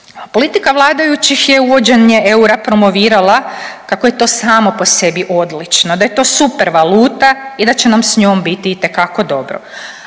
Politika vladajućih je uvođenje eura promovirala kako je to samo po sebi odlično, da je to super valuta i da će nam s njom biti itekako dobro,